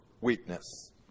weakness